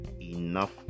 enough